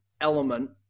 element